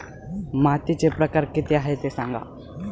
मातीचे प्रकार किती आहे ते सांगा